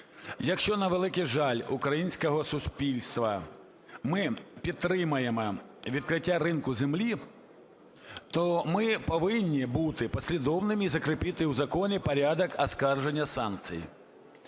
Якщо, на великий жаль українського суспільства, ми підтримаємо відкриття ринку землі, то ми повинні бути послідовними і закріпити у законі порядок оскарження санкцій.